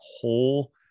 whole